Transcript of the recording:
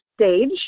stage